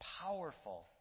powerful